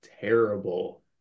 terrible